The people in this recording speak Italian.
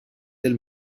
del